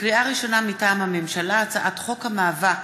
לקריאה ראשונה, מטעם הממשלה, הצעת חוק המאבק